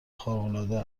خارقالعاده